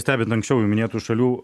stebint anksčiau jau minėtų šalių